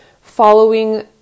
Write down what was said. following